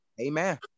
amen